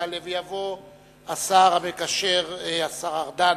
יעלה ויבוא השר המקשר, השר ארדן,